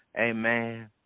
Amen